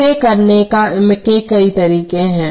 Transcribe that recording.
इसे करने के कई तरीके हैं